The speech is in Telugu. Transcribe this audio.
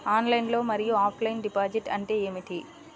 ఆన్లైన్ మరియు ఆఫ్లైన్ డిపాజిట్ అంటే ఏమిటి?